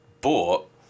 bought